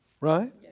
Right